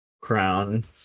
crown